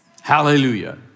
Hallelujah